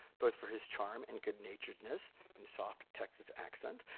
both for his charm and good naturedness and soft texas accent,